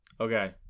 okay